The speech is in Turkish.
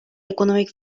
ekonomik